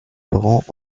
parents